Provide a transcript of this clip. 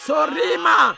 Sorima